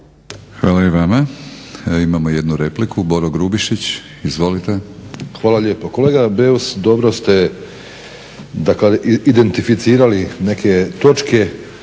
Hvala i vama. Imamo jednu repliku. Boro Grubišić, izvolite. **Grubišić, Boro (HDSSB)** Hvala lijepo. Kolega Beus, dobro ste identificirali neke točke